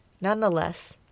Nonetheless